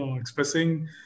expressing